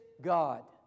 God